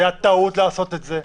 זו הייתה טעות לעשות את זה,